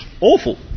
awful